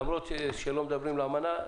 למרות שלא מדברים על האמנה,